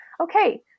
Okay